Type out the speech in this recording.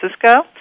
Francisco